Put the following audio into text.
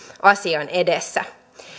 asian edessä